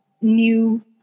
new